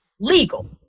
legal